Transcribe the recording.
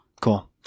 Cool